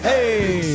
Hey